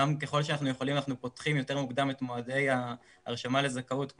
גם ככל שאנחנו יכולים אנחנו פותחים יותר מוקדם את מועדי ההרשמה לזכאות,